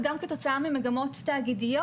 וגם כתוצאה ממגמות תאגידיות.